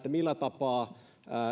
millä tapaa